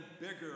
bigger